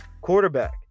quarterback